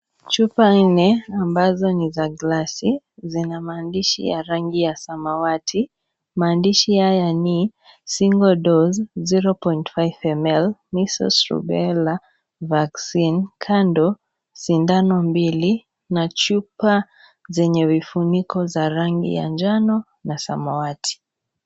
Chupa nne ambazo ni za glasi, zina maandishi ya rangi ya samawati. Maandishi haya ni, single dose zero point five ml, Measles, Rubella vaccine . Kando sindano mbili na chupa zenye vifuniko za rangi ya njano na samawati.